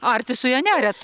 arti su ja neariat